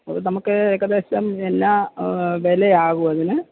അത് നമുക്ക് ഏകദേശം എന്നാൽ വില ആകുവതിന്